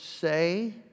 say